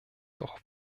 doch